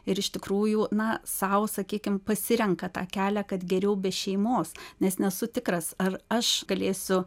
ir iš tikrųjų na sau sakykim pasirenka tą kelią kad geriau be šeimos nes nesu tikras ar aš galėsiu